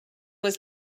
was